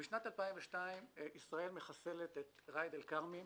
בשנת 2002 ישראל מחסלת את ראאד אל-כרמי,